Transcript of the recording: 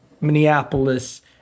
Minneapolis